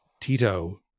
Tito